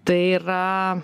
tai yra